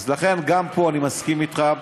לכן, גם פה אני מסכים אתך.